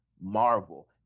Marvel